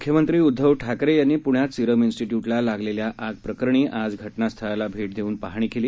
म्ख्यमंत्री उद्धव ठाकरे यांनी प्ण्यात सिरम इन्स्टियूटला लागलेल्या आग प्रकरणी आज घटनास्थळीला भेट देऊन पाहणी केली